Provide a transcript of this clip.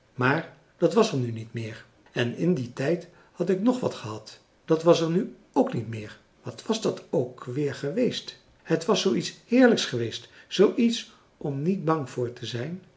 maar dat was er nu niet meer en in dien tijd had ik ng wat gehad dat was er nu ook niet meer wat was dat ook weer geweest het was zoo iets heerlijks geweest zoo iets om niet bang voor te zijn